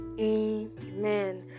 amen